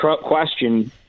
question